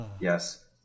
yes